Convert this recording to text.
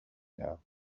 now